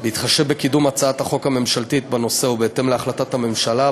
בהתחשב בקידום הצעת החוק הממשלתית בנושא ובהתאם להחלטת הממשלה,